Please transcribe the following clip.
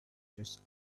just